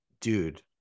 Dude